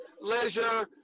Leisure